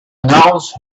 announce